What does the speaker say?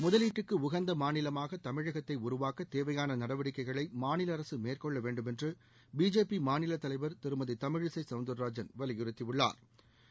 முதலீட்டுக்கு உகந்த மாநிலமாக தமிழகத்தை உருவாக்க தேவையான நடவடிக்கைகளை மாநில அரசு மேற்கொள்ள வேண்டுமென்று பிஜேபி மாநில தலைவர் திருமதி தமிழிசை சௌந்தராஜன் வலியுறுத்தியுள்ளாா்